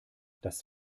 das